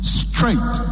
straight